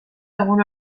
egun